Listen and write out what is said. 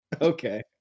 Okay